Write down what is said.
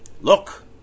Look